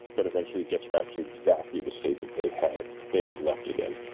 but eventually it gets back to exactly the state that they had they had left it in.